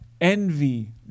envy